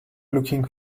looking